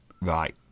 Right